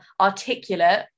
articulate